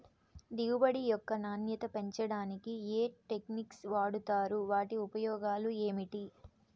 దిగుబడి యొక్క నాణ్యత పెంచడానికి ఏ టెక్నిక్స్ వాడుతారు వాటి ఉపయోగాలు ఏమిటి?